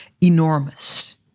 enormous